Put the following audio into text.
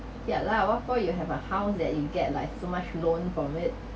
ya lah what for you have a house that you get like so much loan from it